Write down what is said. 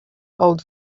old